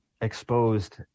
exposed